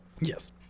Yes